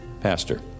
pastor